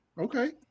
Okay